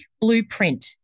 blueprint